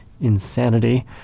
insanity